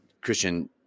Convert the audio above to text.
Christian